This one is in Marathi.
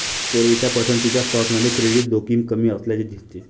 पूर्वीच्या पसंतीच्या स्टॉकमध्ये क्रेडिट जोखीम कमी असल्याचे दिसते